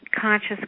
conscious